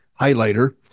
highlighter